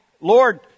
Lord